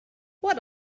what